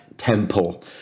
temple